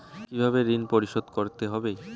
কিভাবে ঋণ পরিশোধ করতে হবে?